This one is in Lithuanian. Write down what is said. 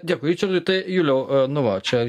dėkui ričardui tai juliau nu va čia